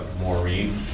Maureen